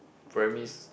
primary